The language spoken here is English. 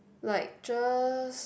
like just